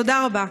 תודה רבה.